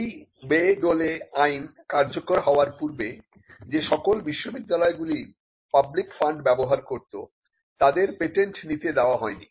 এই Bayh dole আইন কার্যকর হবার পূর্বে যে সকল বিশ্ববিদ্যালয়গুলি পাবলিক ফান্ড ব্যবহার করত তাদের পেটেন্ট নিতে দেওয়া হয় নি